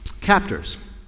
captors